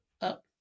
up